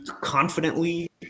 confidently